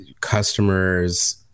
customers